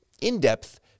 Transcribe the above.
in-depth